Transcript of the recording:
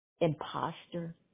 imposter